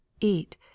eat